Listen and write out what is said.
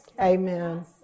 amen